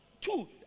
two